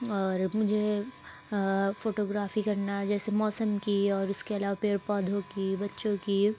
اور مجھے فوٹوگرافی کرنا جیسے موسم کی اور اس کے علاوہ پیڑ پودھوں کی بچوں کی